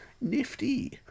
Nifty